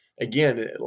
Again